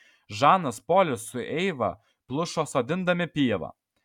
žanas polis su eiva plušo sodindami pievą